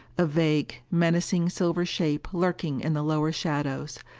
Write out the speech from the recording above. a vague, menacing silver shape lurking in the lower shadows,